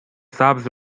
سبز